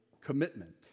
commitment